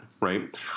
right